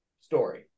Story